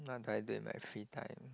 what do I do in my free time